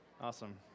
awesome